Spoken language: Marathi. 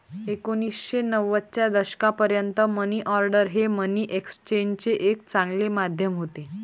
एकोणीसशे नव्वदच्या दशकापर्यंत मनी ऑर्डर हे मनी एक्सचेंजचे एक चांगले माध्यम होते